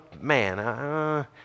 man